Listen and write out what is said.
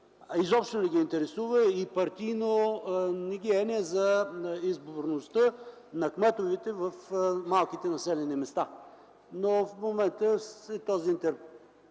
изобщо не ги интересува и партийно не ги е еня за изборността на кметовете в малките населени места. В момента виждаме, че